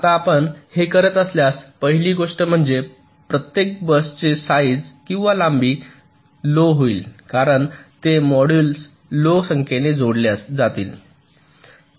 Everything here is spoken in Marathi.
आता आपण हे करत असल्यास पहिली गोष्ट म्हणजे प्रत्येक बसचे साइज किंवा लांबी लो होईल कारण ते मॉड्यूलस लो संख्येने जोडले जातील